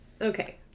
Okay